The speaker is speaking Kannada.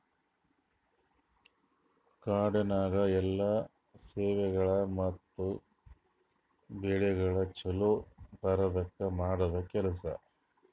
ಕಾಡನ್ಯಾಗ ಎಲ್ಲಾ ಸೇವೆಗೊಳ್ ಮತ್ತ ಬೆಳಿಗೊಳ್ ಛಲೋ ಬರದ್ಕ ಮಾಡದ್ ಕೆಲಸ